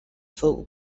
fou